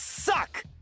suck